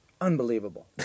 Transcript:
Unbelievable